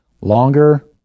Longer